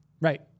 Right